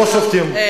לא שובתים.